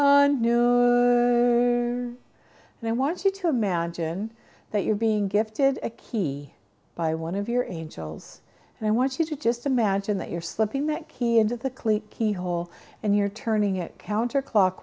new and i want you to imagine that you're being gifted a key by one of your angels and i want you to just imagine that you're slipping that key into the clique keyhole and you're turning it counterclock